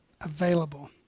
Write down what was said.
available